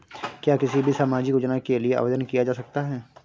क्या किसी भी सामाजिक योजना के लिए आवेदन किया जा सकता है?